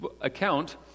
account